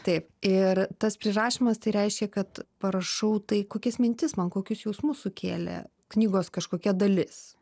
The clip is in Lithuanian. taip ir tas prirašymas tai reiškia kad parašau tai kokias mintis man kokius jausmus sukėlė knygos kažkokia dalis